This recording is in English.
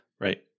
right